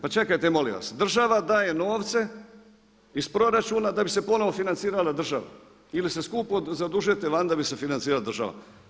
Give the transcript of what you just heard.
Pa čekajte molim vas, država daje novce iz proračuna da bi se ponovo financirala država ili se skupo zadužujete vani da bi se financirala država.